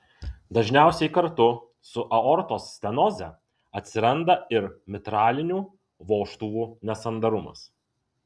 dažniausiai kartu su aortos stenoze atsiranda ir mitralinių vožtuvų nesandarumas